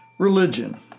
Religion